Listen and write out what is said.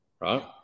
right